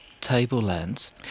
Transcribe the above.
tablelands